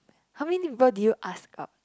how many people did you ask out